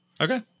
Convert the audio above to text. Okay